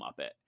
Muppet